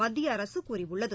மத்திய அரசு கூறியுள்ளது